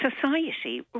society